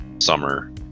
Summer